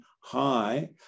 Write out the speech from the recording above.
high